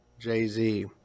Jay-Z